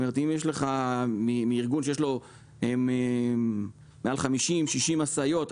ארגון שיש לו מעל 60-50 משאיות,